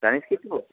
জানিস কিছু